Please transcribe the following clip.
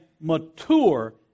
mature